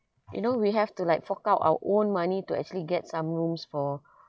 you know we have to like fork out our own money to actually get some rooms for